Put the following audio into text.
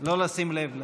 לא לשים לב לזה.